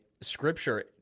Scripture